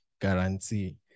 guarantee